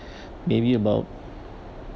maybe about